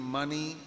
money